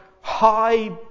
high